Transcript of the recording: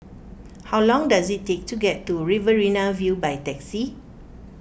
how long does it take to get to Riverina View by taxi